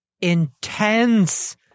intense